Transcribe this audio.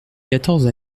quatorze